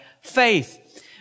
faith